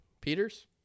Peters